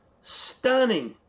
Stunning